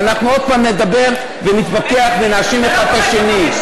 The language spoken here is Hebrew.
ואנחנו עוד פעם נדבר ונתווכח ונאשים אחד את השני.